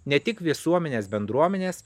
ne tik visuomenės bendruomenės